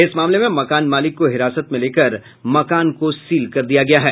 इस मामले में मकान मालिक को हिरासत में लेकर मकान को सील कर दिया है